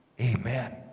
Amen